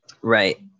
right